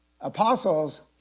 apostles